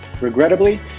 Regrettably